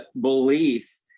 belief